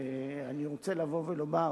ואני רוצה לבוא ולומר: